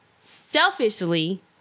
selfishly